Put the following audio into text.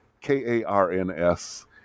K-A-R-N-S